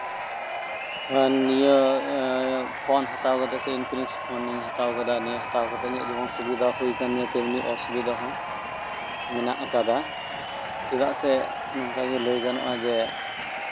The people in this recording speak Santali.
ᱟᱨ ᱱᱤᱭᱟᱹ ᱯᱷᱳᱱ ᱦᱟᱛᱟᱣ ᱠᱟᱛᱮᱜ ᱤᱛ ᱛᱤᱨᱤᱪ ᱯᱷᱳᱱ ᱤᱧ ᱦᱟᱛᱟᱣ ᱠᱟᱫᱟ ᱱᱤᱭᱟᱹ ᱦᱟᱛᱟᱣ ᱠᱟᱛᱮᱜ ᱤᱧᱟᱹᱜ ᱡᱮᱢᱚᱱ ᱥᱩᱵᱤᱫᱷᱟ ᱦᱩᱭ ᱠᱟᱱ ᱛᱤᱧᱟ ᱛᱮᱢᱱᱤ ᱚᱥᱩᱵᱤᱫᱷᱟ ᱦᱚᱸ ᱢᱮᱱᱟᱜ ᱟᱠᱟᱫᱟ ᱪᱮᱫᱟᱜ ᱥᱮ ᱱᱚᱮᱠᱟ ᱜᱮ ᱞᱟᱹᱭ ᱜᱟᱱᱚᱜᱼᱟ ᱡᱮ